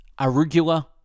arugula